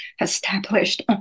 established